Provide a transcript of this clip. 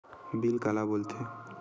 Bill काला बोल थे?